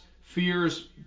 fears